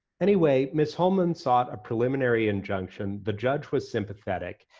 anyway, miss holman sought a preliminary injunction, the judge was sympathetic,